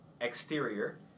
exterior